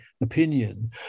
opinion